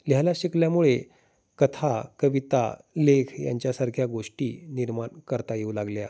लिहायला शिकल्यामुळे कथा कविता लेख यांच्यासारख्या गोष्टी निर्माण करता येऊ लागल्या